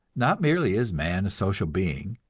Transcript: not merely is man a social being,